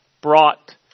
brought